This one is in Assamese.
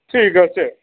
ঠিক আছে